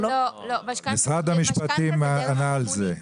משרד המשפטים ענה על זה.